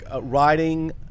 writing